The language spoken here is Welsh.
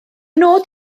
nod